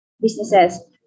businesses